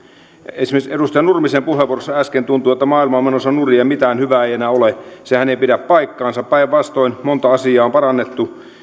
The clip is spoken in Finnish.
esimerkiksi edustaja nurmisen puheenvuorossa äsken tuntui että maailma on menossa nurin ja mitään hyvää ei enää ole sehän ei pidä paikkaansa päinvastoin monta asiaa on parannettu